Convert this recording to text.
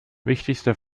wichtigster